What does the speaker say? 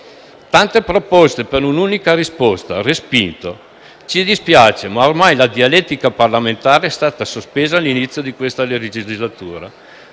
Tante proposte per un'unica risposta: respinto. Ci dispiace ma la dialettica parlamentare è stata sospesa all'inizio di questa legislatura.